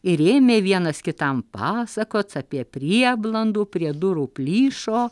ir ėmė vienas kitam pasakoti apie prieblandu prie durų plyšo